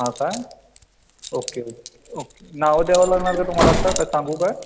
हां काय okay okay okay नावं द्यावं लागणार का तुम्हाला आत्ता काय सांगू काय